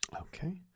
Okay